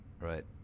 right